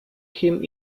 him